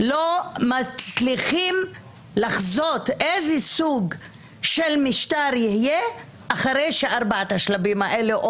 לא מצליחים לחזות איזה סוג של משטר יהיה אחרי ארבעת השלבים האלה,